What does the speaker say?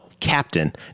Captain